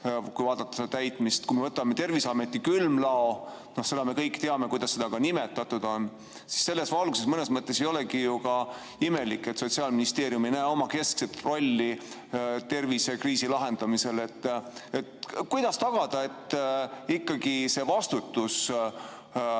kui vaadata selle täitmist, ja kui me võtame Terviseameti külmlao – no me kõik teame, kuidas seda nimetatud on –, siis selles valguses mõnes mõttes ei olegi imelik, et Sotsiaalministeerium ei näe oma keskset rolli tervisekriisi lahendamisel. Kuidas tagada, et ikkagi see vastutuse